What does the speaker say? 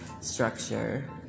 structure